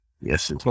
Yes